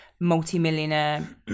multi-millionaire